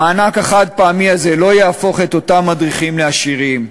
המענק החד-פעמי הזה לא יהפוך את אותם מדריכים לעשירים,